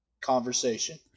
conversation